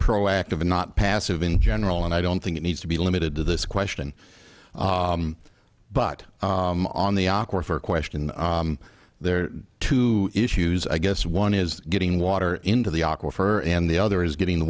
proactive and not passive in general and i don't think it needs to be limited to this question but on the awkward for question there are two issues i guess one is getting water into the aqua for and the other is getting the